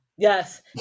Yes